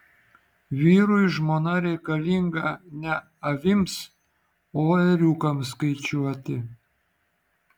vyrui žmona reikalinga ne avims o ėriukams skaičiuoti